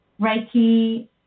Reiki